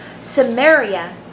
samaria